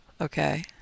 Okay